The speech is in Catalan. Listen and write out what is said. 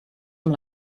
amb